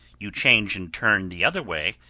you change and turn the other way,